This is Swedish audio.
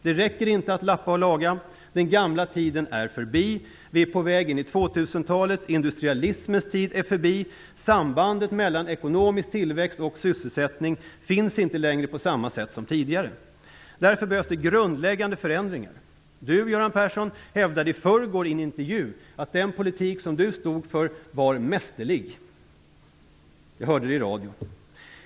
Det räcker inte att lappa och laga. Den gamla tiden är förbi. Vi är på väg in i 2000-talet. Industrialismens tid är förbi. Sambandet mellan ekonomisk tillväxt och sysselsättning finns inte längre på samma sätt som tidigare. Därför behövs det grundläggande förändringar. Göran Persson hävdade i förrgår i en intervju att den politik som han står för är mästerlig. Jag hörde det i radion.